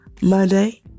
Monday